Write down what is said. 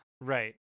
Right